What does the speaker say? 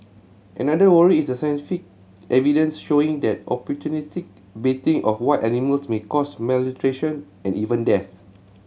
another worry is a scientific evidence showing that opportunistic baiting of wild animals may cause malnutrition and even death